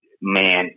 Man